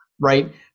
right